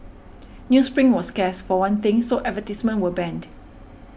newsprint was scarce for one thing so advertisements were banned